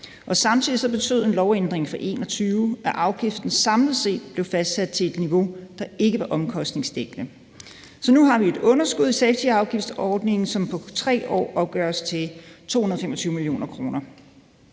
samtidig betød en lovændring fra 2021, at afgiften samlet set blev fastsat til et niveau, der ikke var omkostningsdækkende. Så nu har vi et underskud på safetyafgiftsordningen, som på 3 år opgøres til 225 mio. kr.